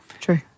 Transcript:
True